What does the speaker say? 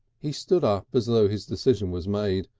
he stood up as though his decision was made,